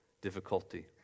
difficulty